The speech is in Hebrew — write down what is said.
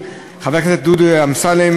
חברי הכנסת זהבה גלאון,